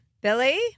Billy